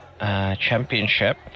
championship